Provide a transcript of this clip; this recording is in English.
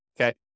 okay